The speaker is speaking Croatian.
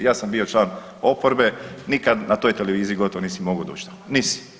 Ja sam bio član oporbe nikad na toj televiziji gotovo nisi mogao doći tamo, nisi.